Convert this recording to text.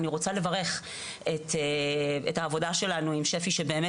אבל אני רוצה לברך את העבודה שלנו עם שפ"י שבאמת